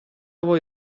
voi